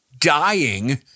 dying